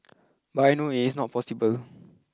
but I know it is not possible